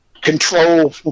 control